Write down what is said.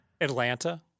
Atlanta